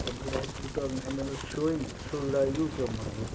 ಒಂದು ಕಡೆ ಹಚ್ಚಿಬಿಟ್ಟು ಅದನ್ನು ಹೆಂಗಂದ್ರೆ ಶೋಯಿಂಗ್ ಶೋ ಗಿಡ ಇದು ಉಪಯೋಗ ಮಾಡ್ಬೋದು